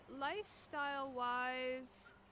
lifestyle-wise